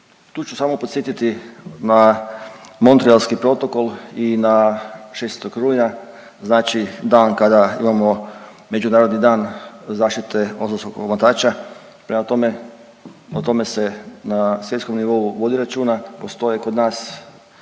Tu ću samo podsjetiti na Montrealski protokol i na 16. rujna, znači dan kada imamo Međunarodni dan zaštite ozonskog omotača. Prema tome, o tome se na svjetskom nivou vodi računa, postoje kod nas